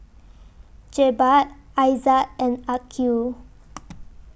Jebat Aizat and Aqil